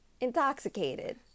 intoxicated